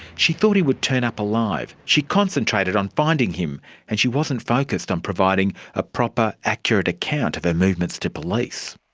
she thought he would turn up alive. she concentrated on finding him and she wasn't focussed on providing a proper, accurate account of her and movements to police.